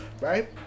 right